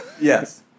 Yes